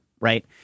right